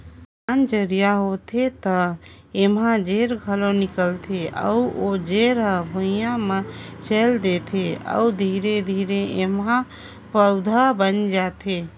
बिहान जरिया होथे त एमा जेर घलो निकलथे अउ ओ जेर हर भुइंया म चयेल देथे अउ धीरे धीरे एहा प पउधा बन जाथे